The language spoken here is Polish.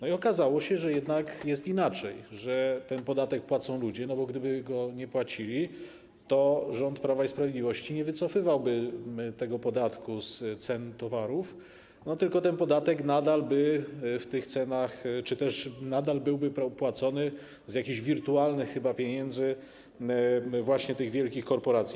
Okazało się, że jednak jest inaczej, że ten podatek płacą ludzie, bo gdyby go nie płacili, to rząd Prawa i Sprawiedliwości nie wycofywałby tego podatku z cen towarów, tylko ten podatek nadal byłby w tych cenach czy też nadal byłby płacony z jakichś wirtualnych chyba pieniędzy właśnie tych wielkich korporacji.